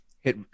Hit